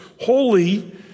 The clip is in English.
holy